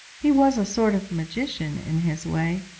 he was a sort of magician in his way,